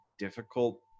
difficult